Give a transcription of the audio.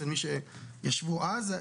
אצל מי שישבו אז,